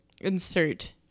insert